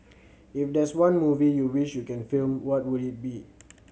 if there's one movie you wished you can film what would it be